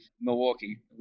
Milwaukee